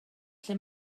lle